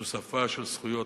זו שפה של זכויות.